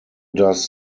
does